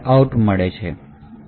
out મળે છે